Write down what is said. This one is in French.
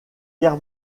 guerre